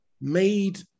made